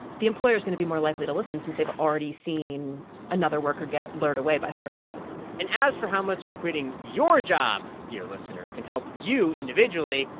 the employer's going to be more likely to listen since they've already seen another worker get lured away by higher wages and as for how much quitting your job, dear listener, can help you individually,